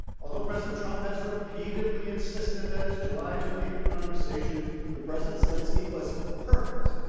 although president trump has repeatedly insisted that his july twenty five conversation with president zelensky was perfect.